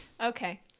Okay